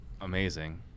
amazing